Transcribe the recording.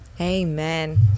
Amen